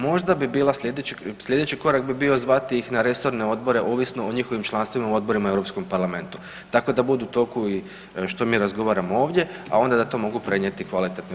Možda bi bila, slijedeći korak bi bio zvati ih na resorne odbore ovisno o njihovim članstvima u odborima u Europskom parlamentu, tako da budu u toku i što mi razgovaramo ovdje, a onda da to mogu prenijeti kvalitetno i u